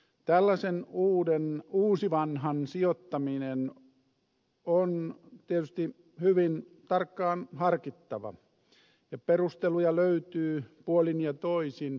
tällaisen uusivanhan sijoittaminen on tietysti hyvin tarkkaan harkittava ja perusteluja löytyy puolin ja toisin